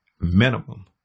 minimum